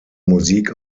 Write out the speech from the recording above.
musik